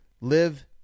live